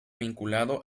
vinculado